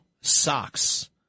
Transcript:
socks